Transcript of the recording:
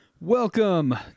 Welcome